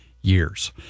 years